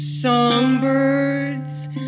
Songbirds